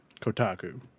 Kotaku